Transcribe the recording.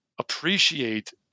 appreciate